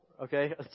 okay